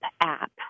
app